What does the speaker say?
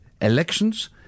elections